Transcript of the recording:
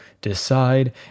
decide